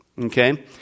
Okay